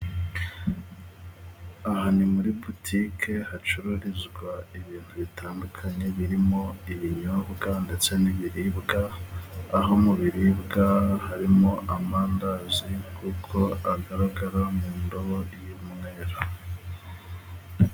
Aha ni muri butiki hacururizwa ibintu bitandukanye, birimo ibinyobwa ndetse n'ibiribwa, aho mu biribwa harimo amandazi, kuko agaragara mu ndobo y'umweru.